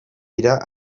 dira